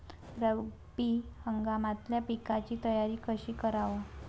रब्बी हंगामातल्या पिकाइची तयारी कशी कराव?